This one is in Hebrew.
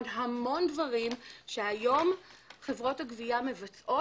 המון דברים שהיום חברות הגבייה מבצעות.